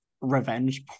revenge